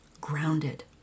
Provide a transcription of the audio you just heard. grounded